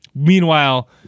Meanwhile